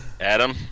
Adam